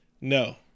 No